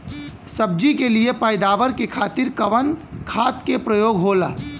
सब्जी के लिए पैदावार के खातिर कवन खाद के प्रयोग होला?